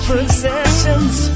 possessions